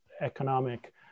economic